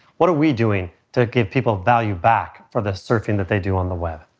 what are we doing to give people value back for the surfing that they do on the web?